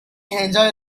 enjoyed